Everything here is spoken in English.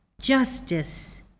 justice